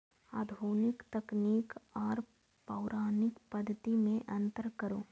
आधुनिक तकनीक आर पौराणिक पद्धति में अंतर करू?